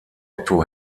otto